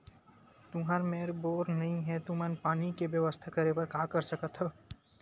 तुहर मेर बोर नइ हे तुमन पानी के बेवस्था करेबर का कर सकथव?